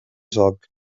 joc